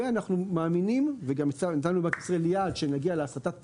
ואנחנו מאמינים וגם נתנו לבנק ישראל יעד שנגיע להסתת פיקדונות,